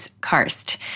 Karst